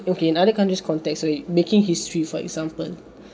okay in other countries context we making history for example